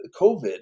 COVID